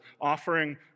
offering